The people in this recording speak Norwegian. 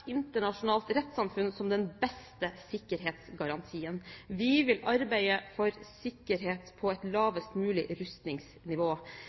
internasjonalt rettssamfunn som den beste sikkerhetsgarantien. Vi vil arbeide for sikkerhet på et